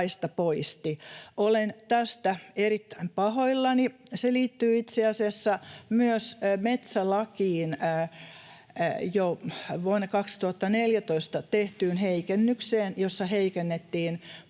myös poisti. Olen tästä erittäin pahoillani. Se liittyy itse asiassa myös metsälakiin jo vuonna 2014 tehtyyn heikennykseen, jossa heikennettiin